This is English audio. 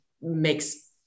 makes